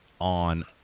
on